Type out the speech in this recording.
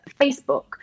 Facebook